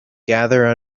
gather